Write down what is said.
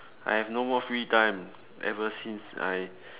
I have no more free time ever since I